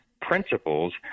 principles